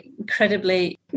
incredibly